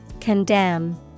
Condemn